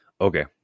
Okay